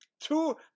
two